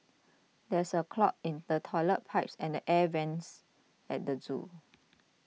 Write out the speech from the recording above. there is a clog in the Toilet Pipe and Air Vents at the zoo